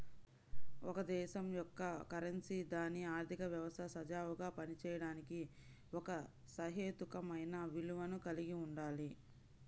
ఒక దేశం యొక్క కరెన్సీ దాని ఆర్థిక వ్యవస్థ సజావుగా పనిచేయడానికి ఒక సహేతుకమైన విలువను కలిగి ఉండాలి